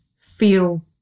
feel